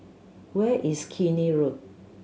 where is Keene Road